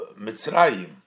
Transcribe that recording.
Mitzrayim